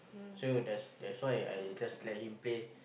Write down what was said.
so that's that's why I just let him play